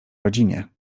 rodzinie